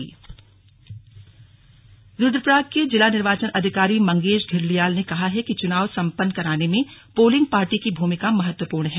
slug प्रशिक्षण रुद्रप्रयाग रुद्रप्रयाग के जिला निर्वाचन अधिकारी मंगेश घिल्डियाल ने कहा कि चुनाव संपन्न कराने में पोलिंग पार्टी की भूमिका महत्वपूर्ण है